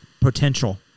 potential